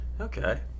Okay